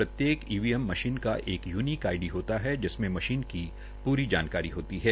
प्रत्येक EVM machine का एक यूनीक आईडी होता है जिसमें मशीन की पूरी जानकारी होती है